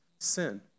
sin